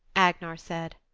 agnar said.